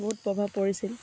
বহুত প্ৰভাৱ পৰিছিল